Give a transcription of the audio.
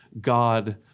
God